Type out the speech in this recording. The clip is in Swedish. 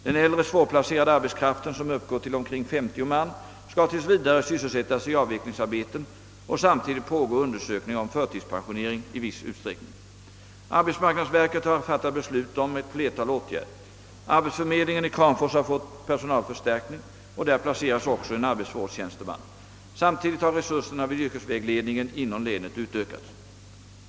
Den äldre svårplacerade arbetskraften, som uppgår till omkring 50 man, skall tills vidare sysselsättas i avvecklingsarbeten, och samtidigt pågår undersökningar om förtidspensionering i viss utsträckning. Arbetsmarknadsverket har fattat beslut om ett flertal åtgärder. Arbetsförmedlingen i Kramfors har fått personalförstärkning, och där placeras också en arbetsvårdstjänsteman. Samtidigt har resurserna vid yrkesvägledningen inom en aktiv lokaliseringspolitik länet utökats.